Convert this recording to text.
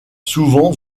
souvent